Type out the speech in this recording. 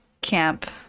camp